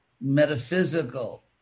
metaphysical